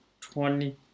twenty